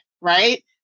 right